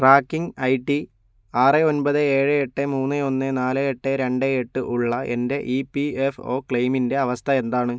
tracking I T ആറ് ഒൻപത് ഏഴ് എട്ട് മൂന്ന് ഒന്ന് നാല് എട്ട് രണ്ട് എട്ട് ഉള്ള എൻ്റെ ഇ പി എഫ് ഒ ക്ലെയിമിൻ്റെ അവസ്ഥ എന്താണ്